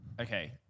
Okay